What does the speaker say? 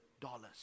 dollars